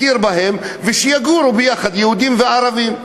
ושיגורו ביחד יהודים וערבים?